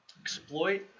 Exploit